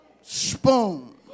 spoon